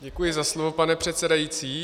Děkuji za slovo, pane předsedající.